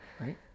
right